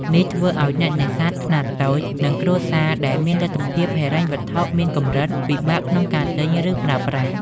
នេះធ្វើឲ្យអ្នកនេសាទខ្នាតតូច និងគ្រួសារ ដែលមានលទ្ធភាពហិរញ្ញវត្ថុមានកម្រិត ពិបាកក្នុងការទិញ ឬប្រើប្រាស់។